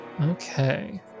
okay